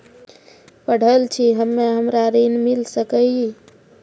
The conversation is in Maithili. पढल छी हम्मे हमरा ऋण मिल सकई?